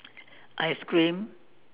ice cream